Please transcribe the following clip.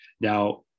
Now